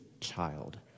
child